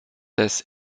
des